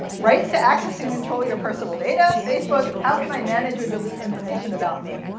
rights to access and control your personal data. facebook, how can i manage or delete information about me?